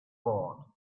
bought